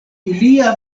ilia